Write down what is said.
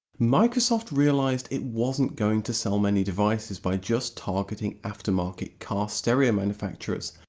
microsoft realised it wasn't going to sell many devices by just targeting aftermarket car stereo manufacturers,